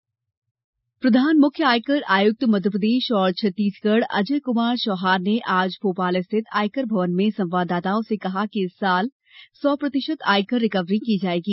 आयकर प्रधान मुख्य आयकर आयुक्त मध्यप्रदेश और छत्तीसगढ़ अजय कुमार चौहान ने आज भोपाल स्थित आयकर भवन में संवाददाताओं से कहा है कि इस साल सौ प्रतिशत आयकर रिकवरी की जायेगी